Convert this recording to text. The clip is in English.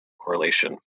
correlation